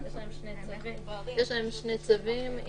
יש להם שני צווים.